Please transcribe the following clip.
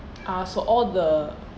ah so all the